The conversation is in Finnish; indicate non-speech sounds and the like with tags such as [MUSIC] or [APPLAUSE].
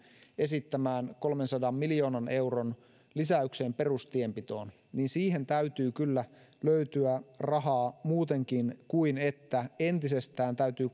esittämään kolmensadan miljoonan euron lisäykseen perustienpidossa täytyy kyllä löytyä rahaa muutenkin kuin että entisestään täytyy [UNINTELLIGIBLE]